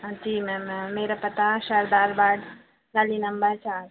हाँ जी ma'am ma'am मेरा पता सरदार बाग़ गली नंबर चार